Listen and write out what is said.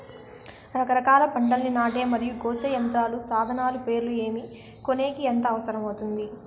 రకరకాల పంటలని నాటే మరియు కోసే యంత్రాలు, సాధనాలు పేర్లు ఏమి, కొనేకి ఎంత అవసరం అవుతుంది?